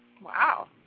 Wow